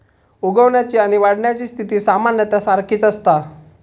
उगवण्याची आणि वाढण्याची स्थिती सामान्यतः सारखीच असता